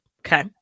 Okay